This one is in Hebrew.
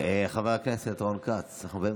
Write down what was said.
אינה